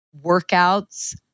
workouts